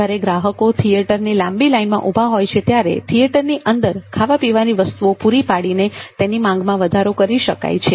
જ્યારે ગ્રાહકો થિયેટરોની લાંબી લાઇનમાં ઉભા હોય છે ત્યારે થિયેટરની અંદર ખાવા પીવાની વસ્તુઓ પૂરી પાડીને તેની માંગમાં વધારો કરી શકાય છે